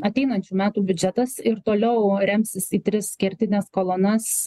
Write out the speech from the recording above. ateinančių metų biudžetas ir toliau remsis į tris kertines kolonas